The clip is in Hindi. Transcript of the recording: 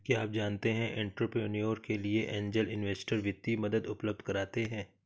क्या आप जानते है एंटरप्रेन्योर के लिए ऐंजल इन्वेस्टर वित्तीय मदद उपलब्ध कराते हैं?